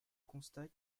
constat